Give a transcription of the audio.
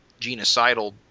genocidal